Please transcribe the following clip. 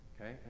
Okay